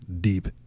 Deep